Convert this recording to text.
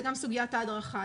זאת גם סוגיית ההדרכה.